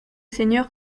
seigneur